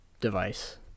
device